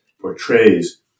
portrays